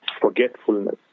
forgetfulness